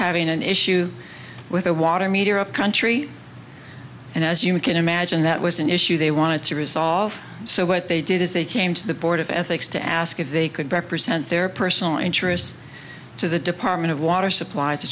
having an issue with a water meter upcountry and as you can imagine that was an issue they wanted to resolve so what they did is they came to the board of ethics to ask if they could represent their personal interests to the department of water suppl